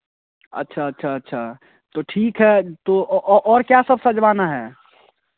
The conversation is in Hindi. अच्छा अच्छा अच्छा तो ठीक है तो औ औऔर क्या सब सजवाना है